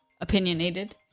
opinionated